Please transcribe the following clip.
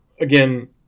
again